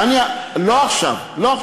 לא אענה לך, לא עכשיו, לא.